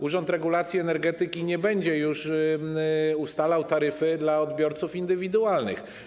Urząd Regulacji Energetyki nie będzie już ustalał taryfy dla odbiorców indywidualnych.